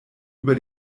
über